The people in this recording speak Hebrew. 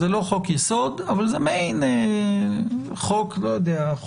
זה לא חוק יסוד אבל זה מעין חוק בסיסי.